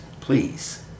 please